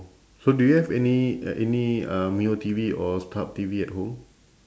so do you have any any uh mio T_V or starhub T_V at home